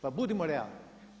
Pa budimo realni.